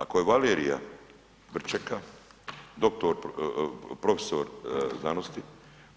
Ako je Valerija Vrčeka, dr. prof. znanosti,